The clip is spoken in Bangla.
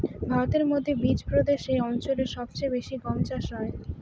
ভারতের মধ্যে বিচপ্রদেশ অঞ্চলে সব চেয়ে বেশি গম চাষ হয়